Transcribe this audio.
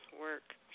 work